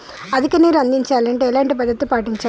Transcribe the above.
అధిక నీరు అందించాలి అంటే ఎలాంటి పద్ధతులు పాటించాలి?